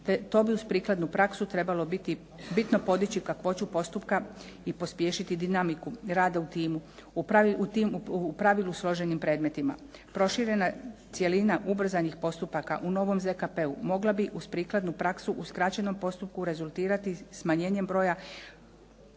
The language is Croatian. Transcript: To bi uz prikladnu praksu trebalo biti, bitno podići kakvoću postupka i pospješiti dinamiku rada u timu, tim u pravilu složenim predmetima. Proširena cjelina ubrzanih postupaka u novom ZKP-u mogla bi uz prikladnu praksu u skraćenom postupku rezultirati smanjenjem broja